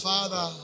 Father